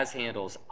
handles